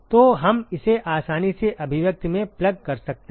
तो हम इसे आसानी से अभिव्यक्ति में प्लग कर सकते हैं